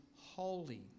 holy